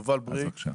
יובל בריק,